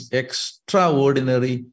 extraordinary